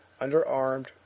underarmed